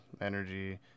energy